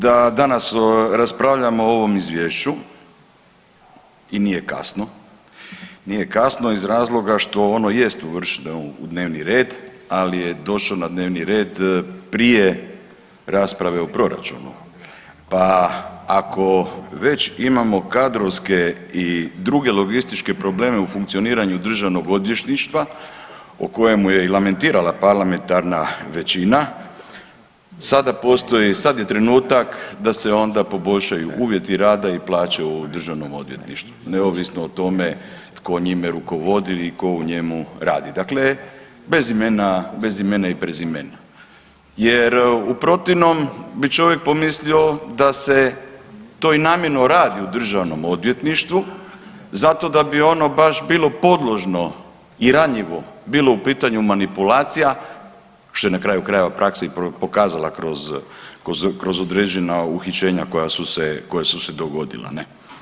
Dobro je da danas raspravljamo o ovom izvješću i nije kasno, nije kasno iz razloga što ono jest uvršteno u dnevni red, ali je došao na dnevni red prije rasprave o proračunu pa ako već imamo kadrovske i druge logističke probleme u funkcioniranju državnog odvjetništva o kojemu je i lamentirala parlamentarna većina, sada postoji, sada je trenutak da se onda poboljšaju uvjeti rada i plaće u državnom odvjetništvu, neovisno o tome tko njime rukovodi i tko u njemu radi, dakle, bez imena i prezimena jer u protivnom bi čovjek pomislio da se to i namjerno radi u državnom odvjetništvu zato da bi ono baš bilo podložno i ranjivo bilo u pitanju manipulacija, što je na kraju krajeva praksa i pokazala kroz određena uhićenja koja su se dogodila ne.